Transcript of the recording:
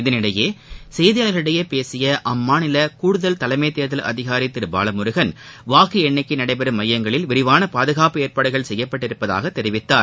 இதனிடையே செய்தியாளர்களிடம் பேசிய அம்மாநில கூடுதல் தலைமை தேர்தல் அதிகாரி திரு பாலமுருகன் வாக்கு எண்ணிக்கை நடைபெறும் மையங்களில் விரிவான பாதுகாப்பு ஏற்பாடுகள் செய்யப்பட்டிருப்பதாக தெரிவித்தார்